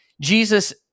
Jesus